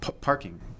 parking